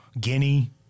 Guinea